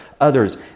others